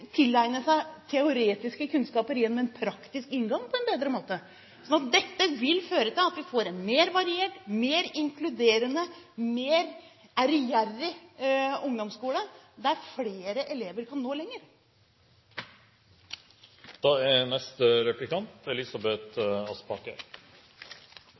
tilegne seg teoretiske kunnskaper gjennom en praktisk inngang på en bedre måte. Dette vil føre til at vi får en mer variert, mer inkluderende, mer ærgjerrig ungdomsskole der flere elever kan nå lenger.